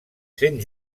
sent